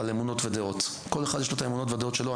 אמונות ודעות לכל אחד יש את האמונות והדעות שלו.